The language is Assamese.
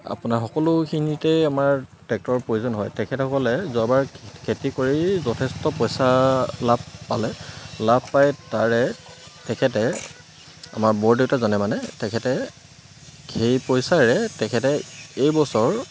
আপোনাৰ সকলোখিনিতেই আমাৰ ট্ৰেক্টৰৰ প্ৰয়োজন হয় তেখেতসকলে যোৱাবাৰ খেতি কৰি যথেষ্ট পইচা লাভ পালে লাভ পাই তাৰে তেখেতে আমাৰ বৰদেউতাজনে মানে তেখেতে সেই পইচাৰে তেখেতে এইবছৰ